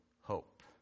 hope